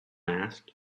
asked